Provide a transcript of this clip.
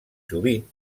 sovint